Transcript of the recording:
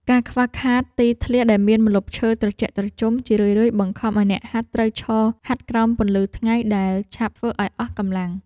ការខ្វះខាតទីធ្លាដែលមានម្លប់ឈើត្រជាក់ត្រជុំ ជារឿយៗបង្ខំឱ្យអ្នកហាត់ត្រូវឈរហាត់ក្រោមពន្លឺថ្ងៃដែលឆាប់ធ្វើឱ្យអស់កម្លាំង។